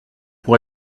pour